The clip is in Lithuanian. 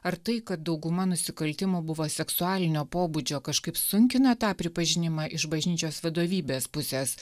ar tai kad dauguma nusikaltimų buvo seksualinio pobūdžio kažkaip sunkina tą pripažinimą iš bažnyčios vadovybės pusės